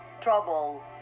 trouble